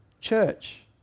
church